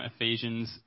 Ephesians